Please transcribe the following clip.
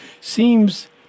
seems